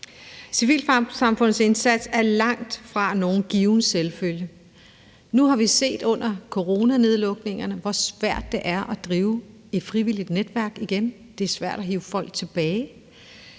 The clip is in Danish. indsats er langtfra en selvfølge. Nu har vi efter coronanedlukningerne set, hvor svært det er at drive et frivilligt netværk igen. Det er svært at hive folk tilbage.